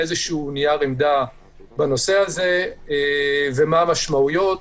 איזשהו נייר עמדה בנושא הזה ומה המשמעויות.